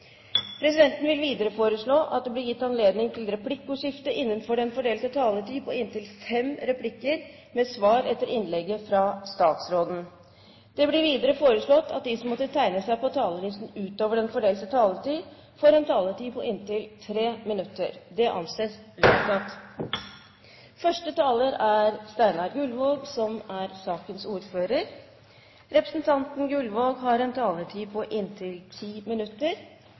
Videre vil presidenten foreslå at det blir gitt anledning til replikkordskifte på inntil seks replikker med svar etter innlegget fra statsråden innenfor den fordelte taletid. Videre blir det foreslått at de som måtte tegne seg på talerlisten utover den fordelte taletid, får en taletid på inntil tre minutter.